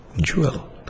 jewel